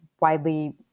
widely